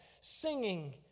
singing